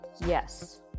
Yes